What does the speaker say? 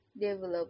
develop